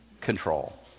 control